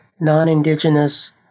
non-indigenous